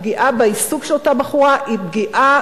הפגיעה בעיסוק של אותה בחורה היא פגיעה